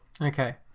Okay